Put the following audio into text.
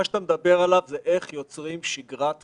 מה שאתה מדבר עליו זה איך יוצרים שגרת חירום.